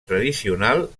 tradicional